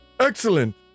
excellent